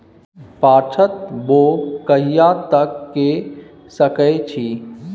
पछात बौग कहिया तक के सकै छी?